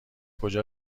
کجا